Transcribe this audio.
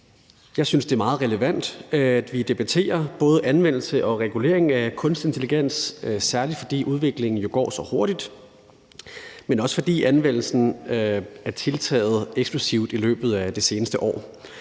Jeg synes, det er meget relevant, at vi debatterer både anvendelse og regulering af kunstig intelligens, særlig fordi udviklingen jo går så hurtigt, men også fordi anvendelsen er tiltaget eksplosivt i løbet af det seneste år.